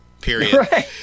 period